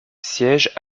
siège